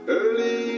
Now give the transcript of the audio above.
early